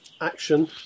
action